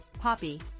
Poppy